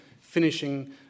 finishing